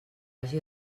hagi